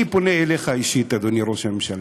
אני פונה אליך אישית, אדוני ראש הממשלה.